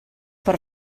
per